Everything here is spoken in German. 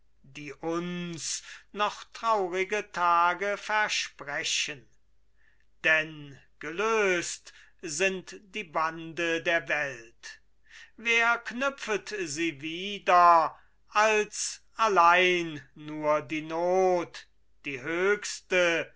die uns noch traurige tage versprechen denn gelöst sind die bande der welt wer knüpfet sie wieder als allein nur die not die höchste